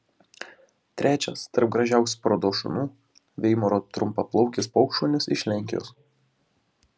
trečias tarp gražiausių parodos šunų veimaro trumpaplaukis paukštšunis iš lenkijos